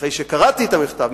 אחרי שקראתי את המכתב,